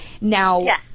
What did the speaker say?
Now